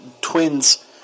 twins